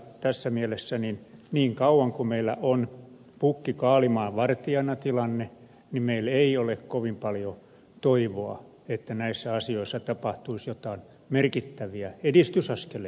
tässä mielessä niin kauan kuin meillä on pukki kaalimaan vartijana tilanne meillä ei ole kovin paljon toivoa että näissä asioissa tapahtuisi joitain merkittäviä edistysaskeleita